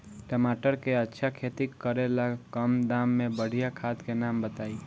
टमाटर के अच्छा खेती करेला कम दाम मे बढ़िया खाद के नाम बताई?